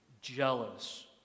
jealous